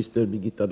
1989